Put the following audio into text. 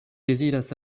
deziras